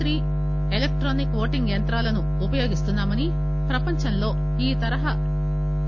Nizamabad electronic voting యంత్రాలను ఉపయోగిస్తున్నామని ప్రపంచంలో ఈ తరహా ఈ